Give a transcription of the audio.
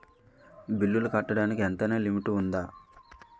బిల్లులు కట్టడానికి ఎంతైనా లిమిట్ఉందా?